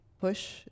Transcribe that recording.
push